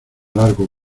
largo